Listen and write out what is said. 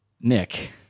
Nick